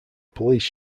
police